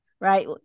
right